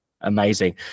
Amazing